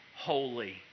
holy